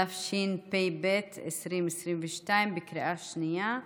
התשפ"ב 2022, בקריאה שנייה.